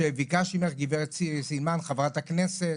שביקשתי ממך חברת הכנסת סילמן,